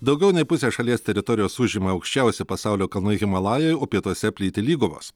daugiau nei pusę šalies teritorijos užima aukščiausi pasaulio kalnai himalajai o pietuose plyti lygumos